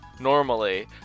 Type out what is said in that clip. normally